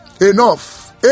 enough